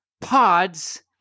Pods